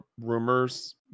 rumors